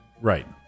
Right